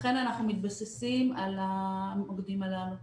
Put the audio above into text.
לכן אנחנו מתבססים על המוקדים הללו.